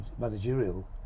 managerial